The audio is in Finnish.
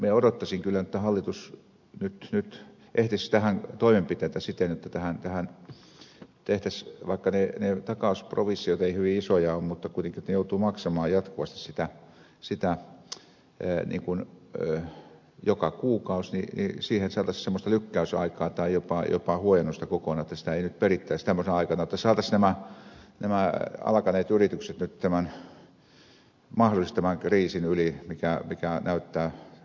minä odottaisin kyllä että hallitus nyt etsisi tähän toimenpiteitä siten vaikka ne takausprovisiot eivät hyvin isoja ole mutta kuitenkin ne joutuvat maksamaan jatkuvasti sitä joka kuukausi että niihin saataisiin semmoista lykkäysaikaa tai jopa huojennusta kokonaan että niitä ei nyt perittäisi tämmöisenä aikana jotta saataisiin nämä alkaneet yritykset nyt mahdollisesti tämän kriisin yli mikä näyttää vaan syvenevän ainakin tilausten perusteella